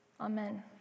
Amen